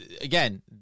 Again